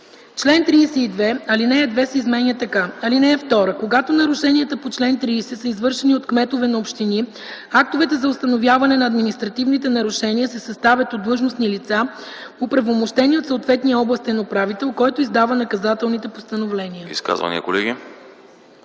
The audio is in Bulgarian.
чл. 32 ал. 2 се изменя така: „(2) Когато нарушенията по чл. 30 са извършени от кметове на общини, актовете за установяване на административните нарушения се съставят от длъжностни лица, оправомощени от съответния областен управител, който издава наказателните постановления.”